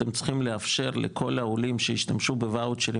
אתם צריכים לאפשר לכל העולים שהשתמשו בוואוצ'רים